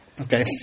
Okay